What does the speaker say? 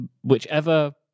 whichever